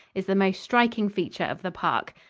is the most striking feature of the park.